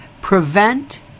prevent